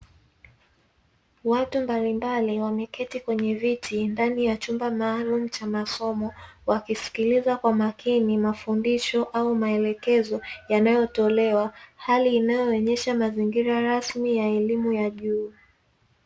Watu mbalimbali, wameketi kwenye viti ndani ya chumba maalumu cha masomo, wakisikiliza kwa makini mafundisho au maelekezo yanayotolewa, hali inayoonyesha mazingira rasmi ya elimu ya juu.